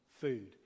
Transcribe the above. food